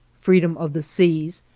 freedom of the seas,